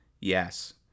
yes